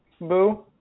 Boo